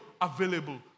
available